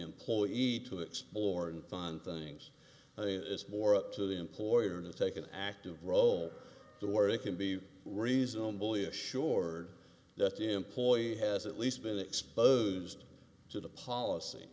employee need to explore and fun things it's more up to the employer to take an active role the work can be reasonably assured that the employee has at least been exposed to the policy